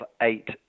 eight